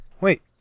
Wait